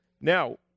Now